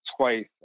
twice